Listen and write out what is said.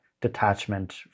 detachment